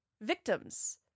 victims